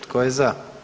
Tko je za?